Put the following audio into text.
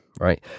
Right